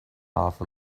half